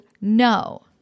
no